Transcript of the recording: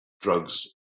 drugs